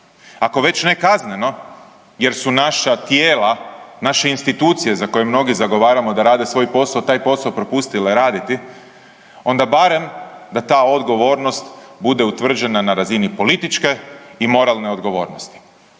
ako već ne kazneno jer su naša tijela, naše institucije za koje mnoge zagovaramo da rade svoj posao taj posao propustile raditi onda barem da ta odgovornost bude utvrđena na razini političke i moralne odgovornosti.